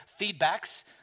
feedbacks